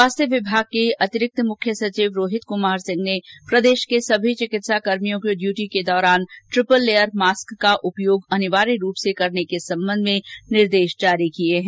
स्वास्थ्य विभाग के अतिरिक्त मुख्य सचिव रोहित क्मार सिंह ने प्रदेश के सभी चिकित्सा कर्मियों को ड्यूटी के दौरान ट्रिपल लेयर मास्क का उपयोग अनिवार्य रूप से करने के संबंध में भी निर्देश जारी किए हैं